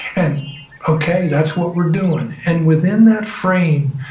and okay, that's what we're doing. and within that frame,